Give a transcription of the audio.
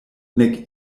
nek